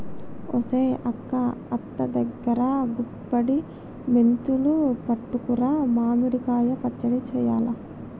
ఒసెయ్ అక్క అత్త దగ్గరా గుప్పుడి మెంతులు పట్టుకురా మామిడి కాయ పచ్చడి సెయ్యాల